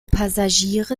passagiere